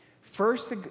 First